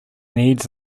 needs